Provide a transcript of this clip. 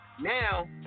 Now